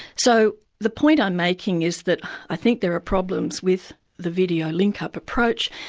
so the point i'm making is that i think there are problems with the video link-up approach,